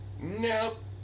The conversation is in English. Nope